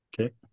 Okay